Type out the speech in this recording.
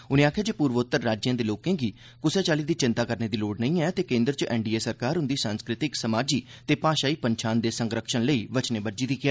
उनें आक्खेआ जे पूर्वोत्तर राज्यें दे लोकें गी बी कुसै चाल्ली दी चिंता करने दी लोड़ नेईं ऐ ते केन्द्र च एनडीए सरकार उंदी सांस्कृतिक समाजी ते भाषाई पंछान दे संरख्ज़ण लेई बी वचने बज्झी दी ऐ